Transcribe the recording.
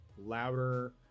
louder